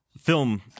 film